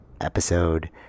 episode